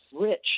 rich